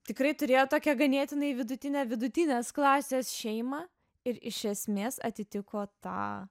tikrai turėjo tokią ganėtinai vidutinę vidutinės klasės šeimą ir iš esmės atitiko tą